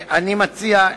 אני מציע,